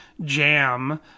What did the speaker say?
jam